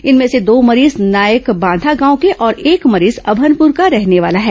इनमें से दो मरीज नायकबांधा गांव के और एक मरीज अमनपर का रहने वाला है